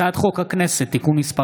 הצעת חוק הכנסת (תיקון מס'